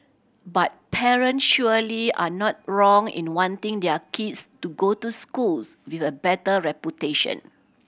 but parent surely are not wrong in wanting their kids to go to schools with a better reputation